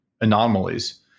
anomalies